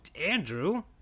Andrew